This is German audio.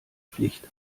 pflicht